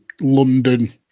London